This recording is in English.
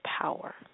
power